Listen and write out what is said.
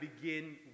begin